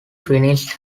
finished